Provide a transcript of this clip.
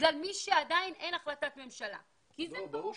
בגלל אלה שאין עדיין החלטת ממשלה לגביהם.